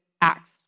Acts